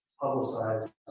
publicized